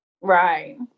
Right